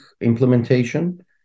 implementation